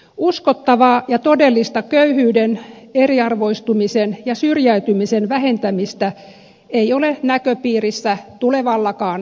uskottavaa ja todellista köyhyyden eriarvoistumisen ja syrjäytymisen vähentämistä ei ole näköpiirissä tulevallakaan hallituskaudella